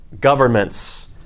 governments